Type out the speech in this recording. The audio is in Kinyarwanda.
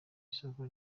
isoko